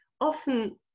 often